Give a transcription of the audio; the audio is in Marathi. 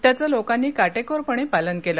त्याचं लोकांनी काटेकोरपणे पालन केलं